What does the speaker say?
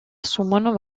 assumono